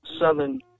southern